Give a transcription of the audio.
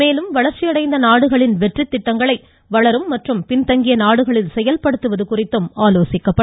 மேலும் வளர்ச்சியடைந்த நாடுகளின் வெற்றித் திட்டங்களை வளரும் மற்றும் பின்தங்கிய நாடுகளில் செயல்படுத்துவது குறித்தும் ஆலோசிக்கப்படும்